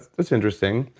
that's interesting.